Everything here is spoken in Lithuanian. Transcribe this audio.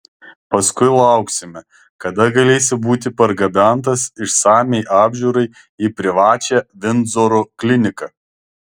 paskui lauksime kada galėsi būti pergabentas išsamiai apžiūrai į privačią vindzoro kliniką